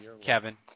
Kevin